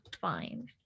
fine